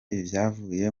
ivyavuye